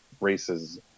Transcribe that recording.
races